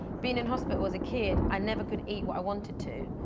being in hospital as a kid, i never could eat what i wanted to.